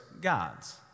gods